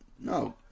No